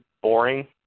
boring